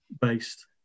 based